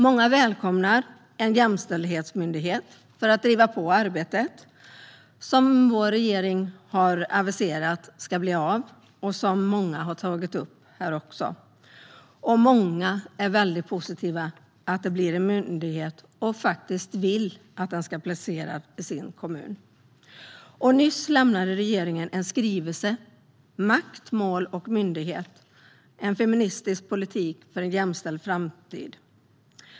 Många välkomnar en jämställdhetsmyndighet för att driva på det arbete som vår regering har aviserat ska bli av och som många har tagit upp. Många är väldigt positiva till en myndighet och vill att den ska placeras i den egna kommunen. Nyss lämnade regeringen skrivelsen Makt, mål och myndighet - feministisk politik för en jämställd framtid .